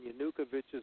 Yanukovych's